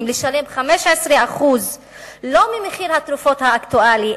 לשלם 15% לא ממחיר התרופות האקטואלי,